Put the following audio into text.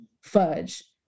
fudge